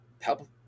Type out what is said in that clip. help